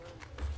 בבקשה.